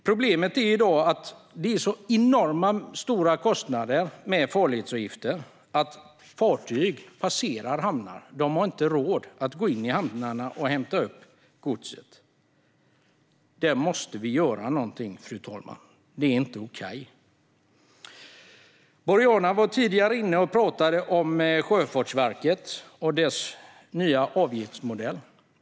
Problemet i dag är att farledsavgifterna är så enormt höga att fartyg passerar hamnar därför att de inte har råd att gå in där och hämta upp godset. Detta måste vi göra något åt, fru talman. Det är inte okej. Boriana talade tidigare om Sjöfartsverket och dess nya avgiftsmodell.